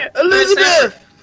Elizabeth